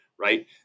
Right